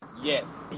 yes